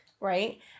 right